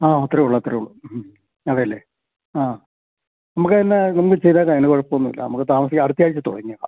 ആ അത്രയേ ഉള്ളു അത്രയേ ഉള്ളു മ്മ് അതെ അല്ലേ ആ നമുക്ക് എന്നാല് നമുക്ക് ചെയ്തേക്കാം അതിന് കുഴപ്പമൊന്നുമില്ല നമുക്ക് താമസിക്കാതെ അടുത്തയാഴ്ച തുടങ്ങിയേക്കാം